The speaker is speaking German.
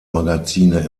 magazine